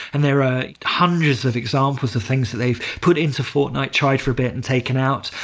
and there are hundreds of examples of things that they've put into fortnight, tried for bet and taken out.